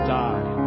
die